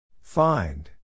find